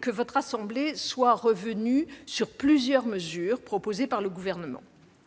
que votre assemblée soit revenue sur plusieurs mesures proposées par le Gouvernement.